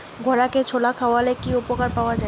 ঘোড়াকে ছোলা খাওয়ালে কি উপকার পাওয়া যায়?